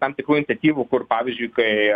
tam tikrų detektyvų kur pavyzdžiui kai